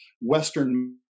Western